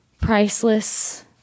priceless